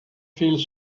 feels